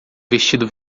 vestido